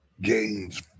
gains